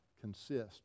consist